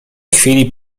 chwili